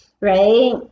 right